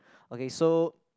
okay so